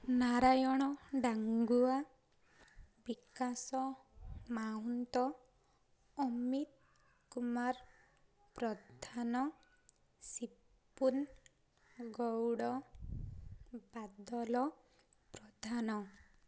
ନାରାୟଣ ଡ଼ାଙ୍ଗୁଆ ବିକାଶ ମାହୁନ୍ତ ଅମିତ କୁମାର ପ୍ରଧାନ ଶିପପୁନ ଗୌଡ଼ ବାଦଲ ପ୍ରଧାନ